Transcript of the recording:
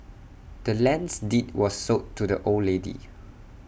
the land's deed was sold to the old lady